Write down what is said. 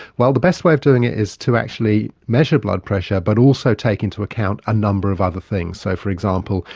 well, the best way of doing it is to actually measure blood pressure but also take into account a number of other things. so, for example,